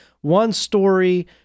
one-story